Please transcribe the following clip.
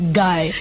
guy